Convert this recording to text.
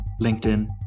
LinkedIn